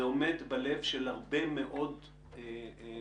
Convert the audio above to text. זה עומד בלב של הרבה מאוד סוגיות.